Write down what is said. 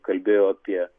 kalbėjo apie